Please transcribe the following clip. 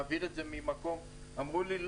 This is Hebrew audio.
אמרו לי,